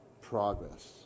progress